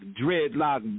dreadlock